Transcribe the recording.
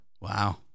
Wow